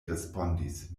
respondis